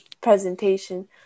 presentation